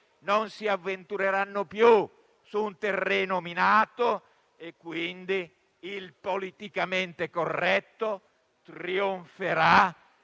non si avventurano più su un terreno minato e quindi il politicamente corretto trionferà,